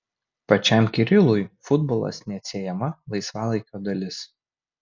pačiam kirilui futbolas neatsiejama laisvalaikio dalis